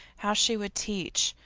how she would teach,